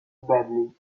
badly